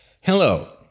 Hello